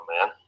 man